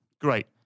Great